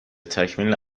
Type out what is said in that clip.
تکمیل